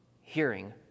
hearing